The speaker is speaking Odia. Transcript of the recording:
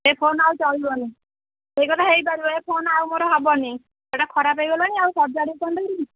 ଏ ଫୋନ୍ ଆଉ ଚଳିବନି ସେ କଥା ହୋଇ ପାରିବନି ଏ ଫୋନ୍ ଆଉ ମୋର ହେବନି ସେଇଟା ଖରାପ ହୋଇଗଲାଣି ଆଉ ସଡାଡ଼ି କ'ଣ ନେବି